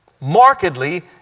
Markedly